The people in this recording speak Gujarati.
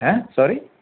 હેં સોરી